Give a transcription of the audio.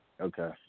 Okay